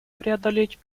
преодолеть